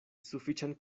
sufiĉan